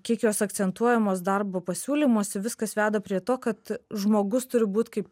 kiek jos akcentuojamos darbo pasiūlymuose viskas veda prie to kad žmogus turi būt kaip